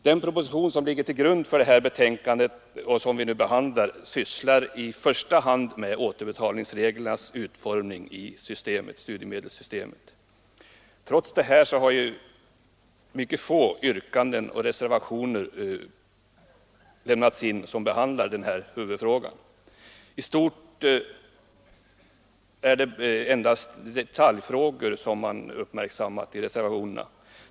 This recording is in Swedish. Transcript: Den proposition som ligger till grund för det betänkande vi nu diskuterar behandlar i första hand återbetalningsreglernas utformning i studiemedelssystemet. Trots detta är det tämligen få yrkanden och reservationer som behandlar den här huvudfrågan. I stort är det endast detaljfrågor som man uppmärksammat i reservationerna.